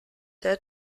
der